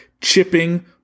chipping